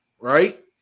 right